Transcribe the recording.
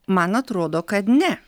man atrodo kad ne